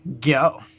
go